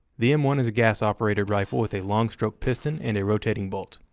the m one is a gas-operated rifle with a long stroke piston and a rotating bolt.